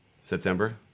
September